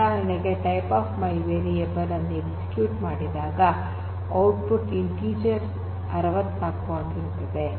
ಉದಾಹರಣೆಗೆ type of my variable typeof my veriable ಅನ್ನು execute ಮಾಡಿದಾಗ ಔಟ್ಪುಟ್ ಇಂಟಿಜರ್ 64 ಆಗಿರುತ್ತದೆ